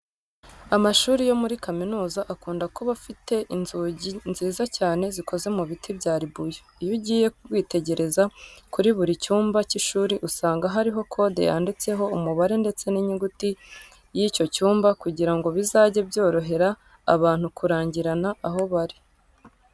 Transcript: Amashuri yo muri kaminuza akunda kuba afite inzugi nziza cyane zikoze mu biti bya ribuyu. Iyo ugiye witegereza kuri buri cyumba cy'ishuri usanga hariho kode yanditseho umubare ndetse n'inyuguti by'icyo cyumba kugira ngo bizajye byorohera abantu kurangirana aho bari.